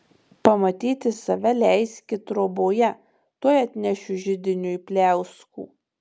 pamatyti save leiski troboje tuoj atnešiu židiniui pliauskų